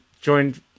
joined